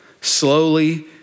slowly